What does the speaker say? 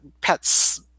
pets